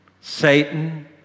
Satan